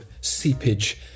seepage